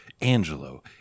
Angelo